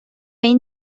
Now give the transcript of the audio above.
این